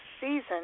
season